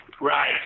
Right